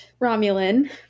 Romulan